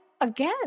again